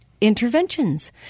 Interventions